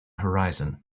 horizon